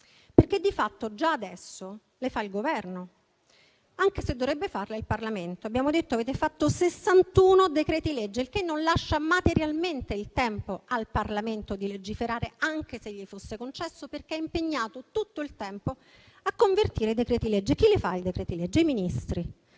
perché di fatto già adesso le fa il Governo, anche se dovrebbe farle il Parlamento. Abbiamo detto che avete varato 61 decreti-legge, il che non lascia materialmente tempo al Parlamento di legiferare, anche se gli fosse concesso, perché è sempre impegnato a convertire i decreti-legge. Chi li emana i decreti-legge? I Ministri.